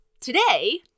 today